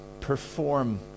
perform